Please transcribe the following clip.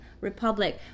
Republic